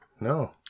No